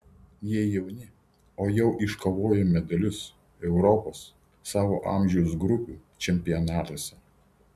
jie jauni o jau iškovojo medalius europos savo amžiaus grupių čempionatuose